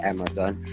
Amazon